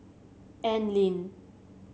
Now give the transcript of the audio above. Anlene